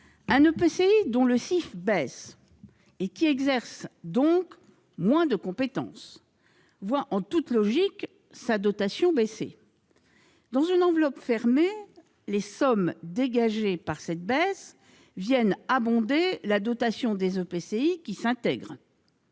un EPCI dont le CIF diminue et qui exerce donc moins de compétences voit sa dotation baisser. Dans une enveloppe fermée, les sommes dégagées par cette baisse viennent abonder la dotation des EPCI qui s'intègrent.